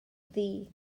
ddu